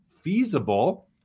feasible